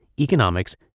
economics